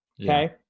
okay